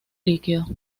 líquido